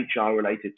HR-related